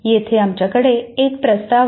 येथे आमच्याकडे एक प्रस्ताव आहे